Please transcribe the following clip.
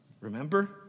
Remember